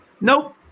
Nope